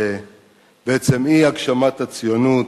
שבעצם היא הגשמת הציונות,